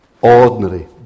ordinary